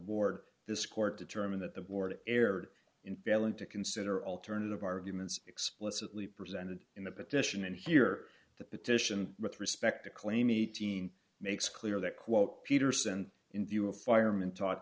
board this court determined that the board erred in failing to consider alternative arguments explicitly presented in the petition and here the petition with respect to claim eighteen makes clear that quote petersen in view of fireman taught